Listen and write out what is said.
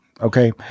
Okay